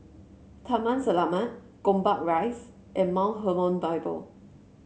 Taman Selamat Gombak Rise and Mount Hermon Bible